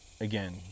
again